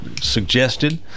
suggested